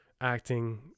acting